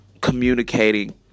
communicating